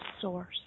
source